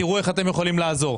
תראו איך אתם יכולים לעזור.